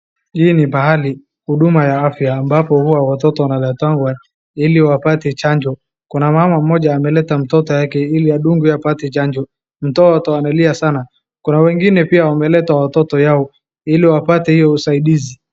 Hii ni pahali huduma ya afya ambapo huwa watoto wanaletwangwa ili wapate chanjo, kuna mama mmoja ameleta mtoto yake ili adungwe apate chanjo, mtoto amelia sana. Kuna wengine pia wameleta watoto yao ili wapate hiyo usaidizi.